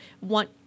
want